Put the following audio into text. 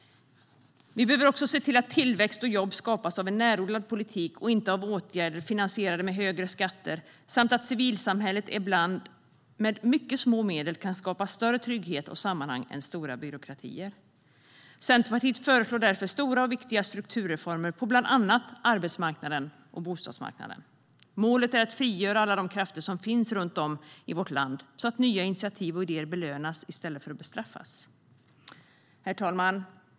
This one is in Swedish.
Vi behöver också se till att tillväxt och jobb skapas av en närodlad politik och inte av åtgärder finansierade med högre skatter, och vi behöver se att civilsamhället ibland med mycket små medel kan skapa större trygghet och sammanhang än stora byråkratier. Centerpartiet föreslår därför stora och viktiga strukturreformer på bland annat arbetsmarknaden och bostadsmarknaden. Målet är att frigöra alla de krafter som finns runt om i vårt land, så att nya initiativ och idéer belönas i stället för att bestraffas. Herr talman!